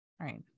Right